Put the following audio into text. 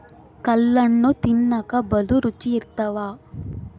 ಕಲ್ಲಣ್ಣು ತಿನ್ನಕ ಬಲೂ ರುಚಿ ಇರ್ತವ